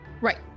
Right